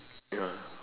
ya